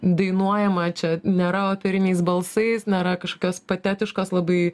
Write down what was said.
dainuojama čia nėra operiniais balsais nėra kažkokios patetiškos labai